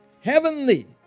heavenly